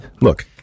look